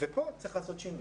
פה צריך לעשות שינוי.